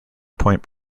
point